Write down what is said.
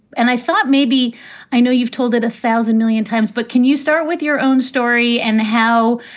and i thought maybe i know you've told it a thousand million times, but can you start with your own story and how?